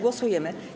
Głosujemy.